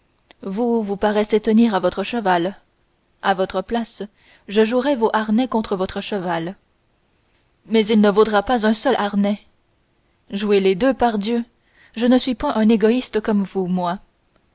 vous vous paraissez tenir à votre cheval a votre place je jouerais vos harnais contre votre cheval mais il ne voudra pas un seul harnais jouez les deux pardieu je ne suis point un égoïste comme vous moi